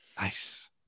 Nice